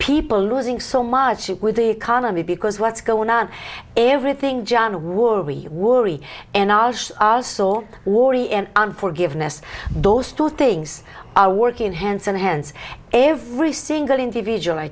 people losing so much with the economy because what's going on everything john a war we worry and asked us all and forgiveness those two things are working hands and hands every single individual i